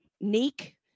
Neek